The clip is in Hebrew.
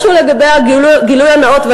משהו לגבי הגילוי הנאות,